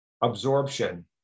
absorption